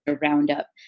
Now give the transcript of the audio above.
Roundup